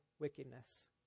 wickedness